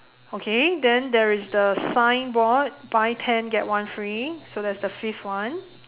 okay then there is the signboard buy ten get one free so that's the fifth one